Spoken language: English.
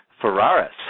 Ferraris